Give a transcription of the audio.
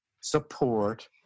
support